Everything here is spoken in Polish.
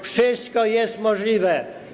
Wszystko jest możliwe.